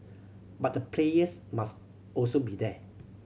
but the players must also be there